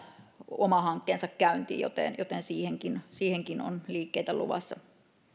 oma hankkeensa käyntiin joten joten siihenkin siihenkin on liikkeitä luvassa